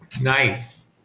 Nice